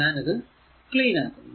ഞാൻ ഇത് ക്ലീൻ ആക്കുന്നു